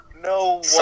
No